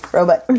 Robot